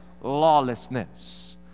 lawlessness